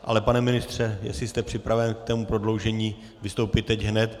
Ale pane ministře, jestli jste připraven k tomu prodloužení vystoupit teď hned...